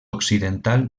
occidental